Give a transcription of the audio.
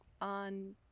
on